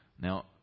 Now